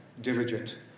diligent